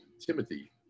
timothy